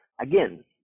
Again